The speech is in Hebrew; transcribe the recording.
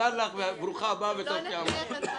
ברוכה הבאה, טוב שבאת.